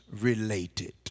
related